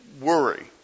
worry